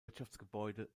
wirtschaftsgebäude